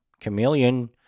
Chameleon